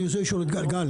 אני רוצה לשאול את גל,